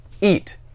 Eat